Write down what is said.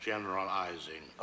Generalizing